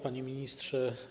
Panie Ministrze!